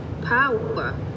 power